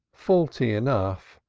faulty enough,